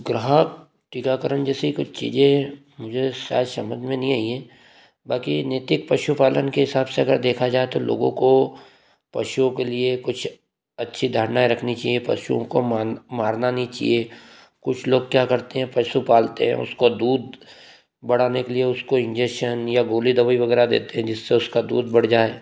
गृह टीकाकरण जैसी कुछ चीज़ें हैं मुझे शायद समझ में नहीं आई है बाकी नैतिक पशुपालन के हिसाब से अगर देखा जाए तो लोगों को पशुओ के लिए कुछ अच्छी धारणाएँ रखनी चाहिए पशुओं को म मारना नहीं चाहिए कुछ लोग क्या करते हैं पशु पालते हैं उसको दूध बढ़ाने के लिए उसको इंजेशन या गोली दवाई वगैरह देते है जिससे उसका दूध बढ़ जाए